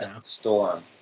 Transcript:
Storm